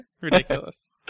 Ridiculous